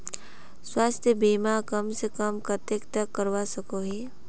स्वास्थ्य बीमा कम से कम कतेक तक करवा सकोहो ही?